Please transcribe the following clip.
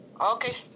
Okay